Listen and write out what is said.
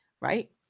Right